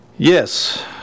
Yes